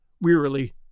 wearily